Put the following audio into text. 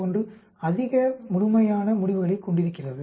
1 அதிக முழுமையான முடிவுகளைக் கொண்டிருக்கிறது